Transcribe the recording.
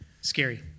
Scary